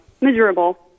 miserable